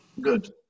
Good